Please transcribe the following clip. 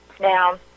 Now